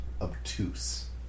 obtuse